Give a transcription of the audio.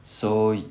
so